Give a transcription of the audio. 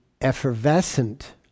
effervescent